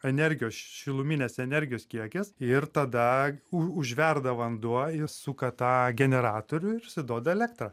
energijos šiluminės energijos kiekis ir tada u užverda vanduo jis suka tą generatorių ir jisai duoda elektrą